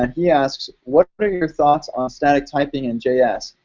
ah he asks, what but are your thoughts on static typing in js?